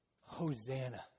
Hosanna